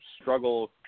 struggle